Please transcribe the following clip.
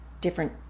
Different